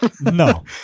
No